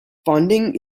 funding